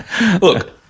Look